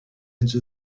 edge